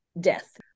death